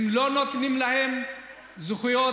אם לא נותנים להם זכויות,